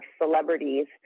celebrities